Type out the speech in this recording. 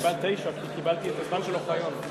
לא, תשע, כי קיבלתי את הזמן של אוחיון.